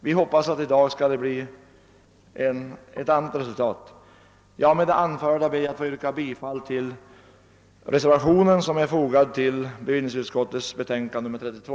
Vi hoppas att det i dag skall bli ett annat resultat än i fjol. Med det anförda ber jag att få yrka bifall till den reservation som är fogad till bevillningsutskottets betänkande nr 32.